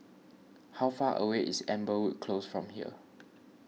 how far away is Amberwood Close from here